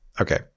Okay